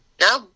No